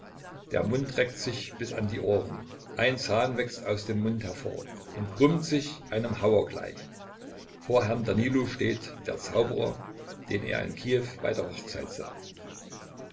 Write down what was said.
der mund reckt sich bis an die ohren ein zahn wächst aus dem mund hervor und krümmt sich einem hauer gleich vor herrn danilo steht der zauberer den er in kiew bei der hochzeit sah